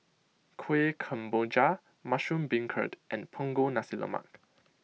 Kuih Kemboja Mushroom Beancurd and Punggol Nasi Lemak